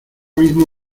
mismo